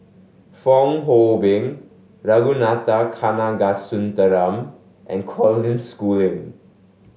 Fong Hoe Beng Ragunathar Kanagasuntheram and Coden Schooling